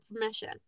permission